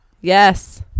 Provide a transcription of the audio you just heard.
Yes